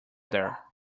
there